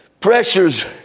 Pressures